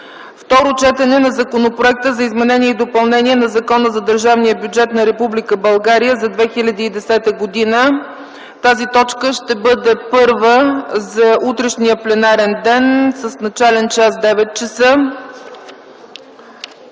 Второ четене на Законопроект за изменение и допълнение на Закона за държавния бюджет на Република България за 2010 г. Тази точка ще бъде първа за утрешния пленарен ден с начален час 9,00 ч.